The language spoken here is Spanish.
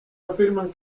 afirman